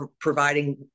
providing